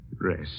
Rest